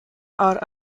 are